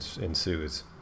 ensues